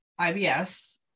IBS